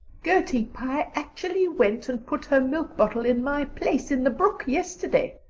gertie pye actually went and put her milk bottle in my place in the brook yesterday.